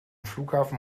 flughafen